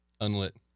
unlit